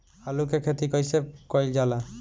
आलू की खेती कइसे कइल जाला?